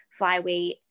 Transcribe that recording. flyweight